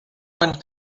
one